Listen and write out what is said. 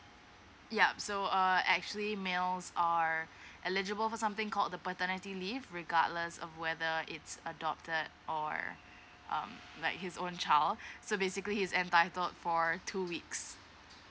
yup so uh actually males are eligible for something called the paternity leave regardless of whether it's adopted or um like his own child so basically he's entitled for two weeks